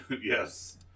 Yes